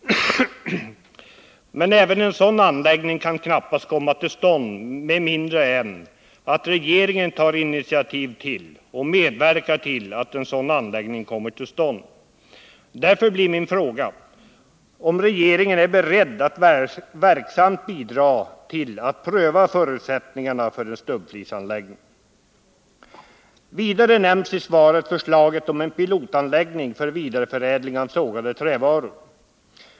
Men även en sådan anläggning kan knappast komma till stånd med mindre än att regeringen tar initiativ till och medverkar till att en sådan anläggning kommer till stånd. Därför blir min fråga om regeringen är beredd att verksamt bidra till att pröva förutsättningarna för en stubbflisanläggning. Vidare nämns i svaret förslaget om en pilotanläggning för vidareförädling av sågade trävaror.